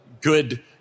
good